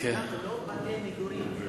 זה גם לא בתי מגורים,